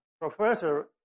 professor